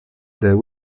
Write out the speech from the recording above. the